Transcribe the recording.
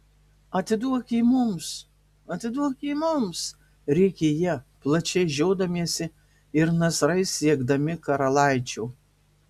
atiduok jį mums atiduok jį mums rėkė jie plačiai žiodamiesi ir nasrais siekdami karalaičio